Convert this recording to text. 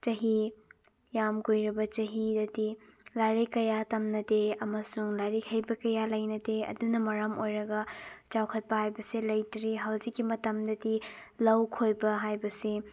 ꯆꯍꯤ ꯌꯥꯝ ꯀꯨꯏꯔꯕ ꯆꯍꯤꯗꯗꯤ ꯂꯥꯏꯔꯤꯛ ꯀꯌꯥ ꯇꯝꯅꯗꯦ ꯑꯃꯁꯨꯡ ꯂꯥꯏꯔꯤꯀ ꯍꯩꯕ ꯀꯌꯥ ꯂꯩꯅꯗꯦ ꯑꯗꯨꯅ ꯃꯔꯝ ꯑꯣꯏꯔꯒ ꯆꯥꯎꯈꯠꯄ ꯍꯥꯏꯕꯁꯦ ꯂꯩꯇ꯭ꯔꯤ ꯍꯧꯖꯤꯛꯀꯤ ꯃꯇꯝꯗꯗꯤ ꯂꯧ ꯈꯣꯏꯕ ꯍꯥꯏꯕꯁꯤ